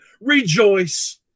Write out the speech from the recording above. rejoice